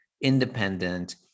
independent